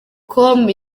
com